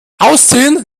ausziehen